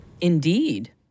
Indeed